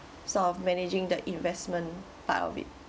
sort of managing the investment part of it